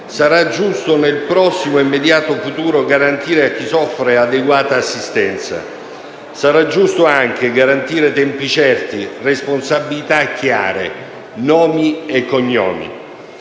sarà giusto nel prossimo immediato futuro garantire a chi soffre adeguata assistenza; sarà giusto altresì garantire tempi certi, responsabilità chiare: nomi e cognomi.